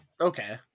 Okay